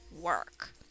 work